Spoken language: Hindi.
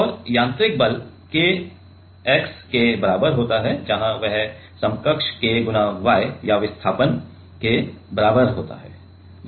और यांत्रिक बल K x के बराबर होता है और वह समकक्ष K × y या विस्थापन के बराबर होता है